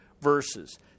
verses